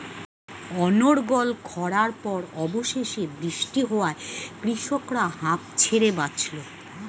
অনর্গল খড়ার পর অবশেষে বৃষ্টি হওয়ায় কৃষকরা হাঁফ ছেড়ে বাঁচল